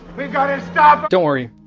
we gotta stop don't worry,